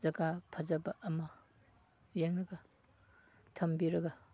ꯖꯒꯥ ꯐꯖꯕ ꯑꯃ ꯌꯦꯡꯂꯒ ꯊꯝꯕꯤꯔꯒ